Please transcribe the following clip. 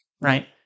right